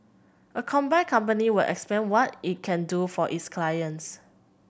a combined company would expand what it can do for its clients